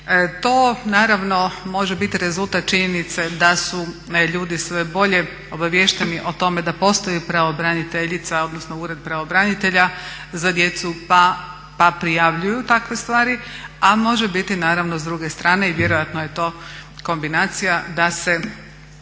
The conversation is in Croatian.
To naravno može biti rezultat činjenice da su ljudi sve bolje obaviješteni o tome da postoji pravobraniteljica odnosno ured pravobranitelja za djecu pa prijavljuju takve stvari, a može biti naravno s druge strane i vjerojatno je to kombinacija da se